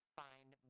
find